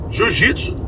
Jiu-jitsu